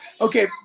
Okay